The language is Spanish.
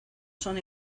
son